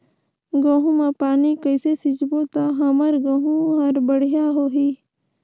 गहूं म पानी कइसे सिंचबो ता हमर गहूं हर बढ़िया होही?